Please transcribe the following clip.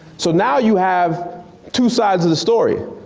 so now you have two sides of the story.